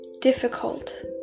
difficult